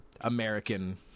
American